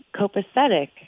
copacetic